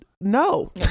no